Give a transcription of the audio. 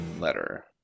Letter